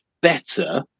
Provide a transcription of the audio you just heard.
better